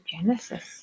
Genesis